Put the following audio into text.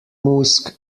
musk